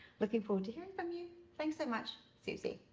looking forward to hearing from you. thanks so much, susie.